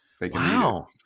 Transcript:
Wow